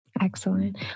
Excellent